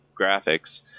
graphics